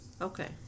okay